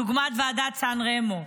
דוגמת ועדת סן רמו.